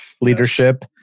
leadership